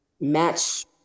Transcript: match